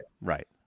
Right